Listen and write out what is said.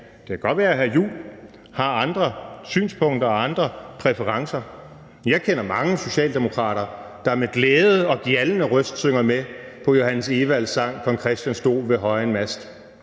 Kjær og hr. Christian Juhl har andre synspunkter og andre præferencer, men jeg kender mange socialdemokrater, der med glæde og gjaldende røst synger med på Johannes Ewalds sang »Kong Christian stod ved højen mast«.